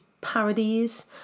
parodies